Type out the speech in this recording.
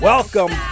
Welcome